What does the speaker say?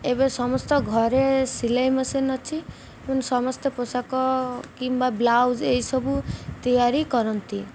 ଏବେ ସମସ୍ତ ଘରେ ସିଲେଇ ମେସିନ୍ ଅଛି ଏବଂ ସମସ୍ତେ ପୋଷାକ କିମ୍ବା ବ୍ଲାଉଜ ଏଇସବୁ ତିଆରି କରନ୍ତି